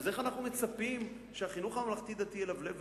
אז איך אנחנו מצפים שהחינוך הממלכתי-דתי ילבלב?